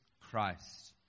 Christ